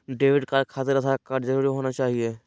Debit card खातिर Aadhaar card जरूरी होना चाहिए?